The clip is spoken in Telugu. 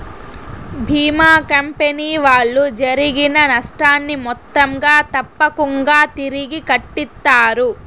భీమా కంపెనీ వాళ్ళు జరిగిన నష్టాన్ని మొత్తంగా తప్పకుంగా తిరిగి కట్టిత్తారు